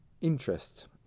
interest